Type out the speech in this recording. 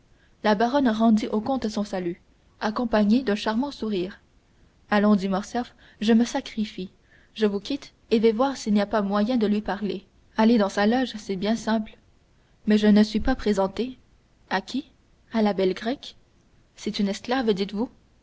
la baronne rendit au comte son salut accompagné d'un charmant sourire allons dit morcerf je me sacrifie je vous quitte et vais voir s'il n'y a pas moyen de lui parler allez dans sa loge c'est bien simple mais je ne suis pas présenté à qui à la belle grecque c'est une esclave dites-vous